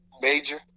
Major